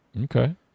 Okay